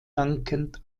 dankend